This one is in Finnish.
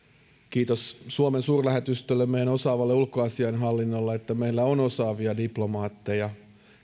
kiitos suomen suurlähetystölle meidän osaavalle ulkoasiainhallinnolle että meillä on osaavia diplomaatteja